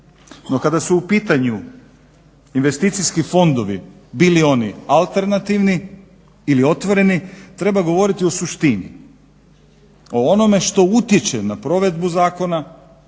kada su u pitanju investicijski fondovi bili oni alternativni ili otvoreni treba govoriti o suštini, o onome što utječe na provedbu zakona,